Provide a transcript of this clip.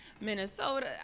Minnesota